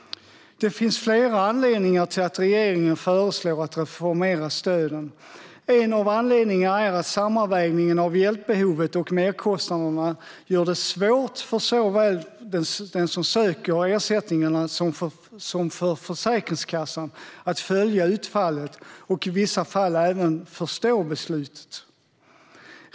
Det finns flera anledningar till att regeringen föreslår att reformera stöden. En av anledningarna är att sammanvägningen av hjälpbehovet och merkostnaderna gör det svårt för såväl den som söker ersättningarna som för Försäkringskassan att följa utfallet och i vissa fall även förstå beslutet.